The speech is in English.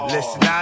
Listen